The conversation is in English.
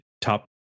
top